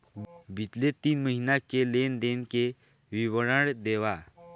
बितले तीन महीना के लेन देन के विवरण देवा?